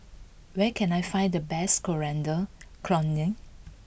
where can I find the best Coriander Chutney